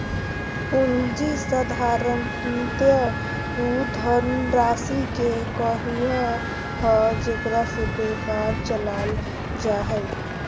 पूँजी साधारणतय उ धनराशि के कहइ हइ जेकरा से व्यापार चलाल जा हइ